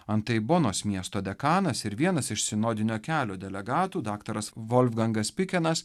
antai bonos miesto dekanas ir vienas iš sinodinio kelio delegatų daktaras volfgangas pikenas